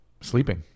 sleeping